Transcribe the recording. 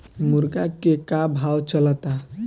मुर्गा के का भाव चलता?